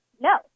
no